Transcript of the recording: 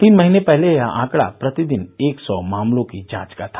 तीन महीने पहले यह आंकड़ा प्रतिदिन एक सौ मामलों की जांच का था